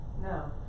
No